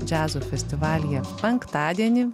džiazo festivalyje penktadienį